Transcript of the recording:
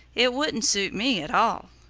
it wouldn't suit me at all.